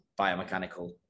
biomechanical